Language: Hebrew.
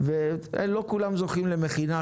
לא כולם זוכים למכינה,